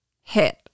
hit